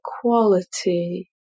quality